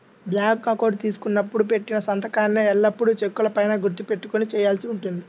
bank account తీసుకున్నప్పుడు పెట్టిన సంతకాన్నే ఎల్లప్పుడూ చెక్కుల పైన గుర్తు పెట్టుకొని చేయాల్సి ఉంటుంది